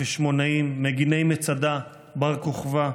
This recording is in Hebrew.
החשמונאים, מגיני מצדה, בר כוכבא,